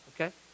okay